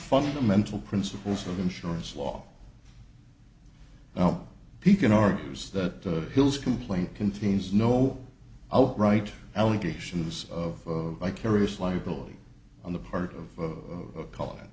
fundamental principles of insurance law now he can argues that bills complaint contains no outright allegations of vicarious liability on the part of color and